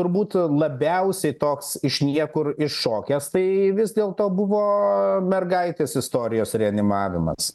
turbūt labiausiai toks iš niekur iššokęs tai vis dėlto buvo mergaitės istorijos reanimavimas